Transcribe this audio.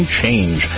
change